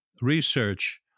research